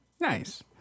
Nice